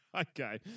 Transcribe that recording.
Okay